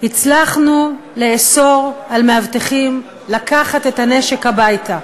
הצלחנו לאסור על מאבטחים לקחת את הנשק הביתה.